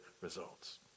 results